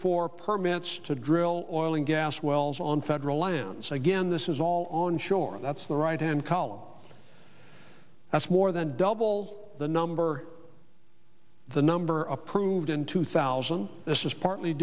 four permits to drill oil and gas wells on federal lands again this is all on shore that's the right hand column that's more than double the number the number approved in two thousand this is partly